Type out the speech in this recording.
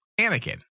anakin